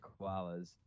koalas